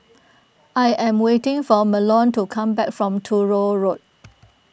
I am waiting for Marlon to come back from Truro Road